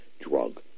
drug